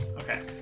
Okay